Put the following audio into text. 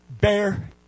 bear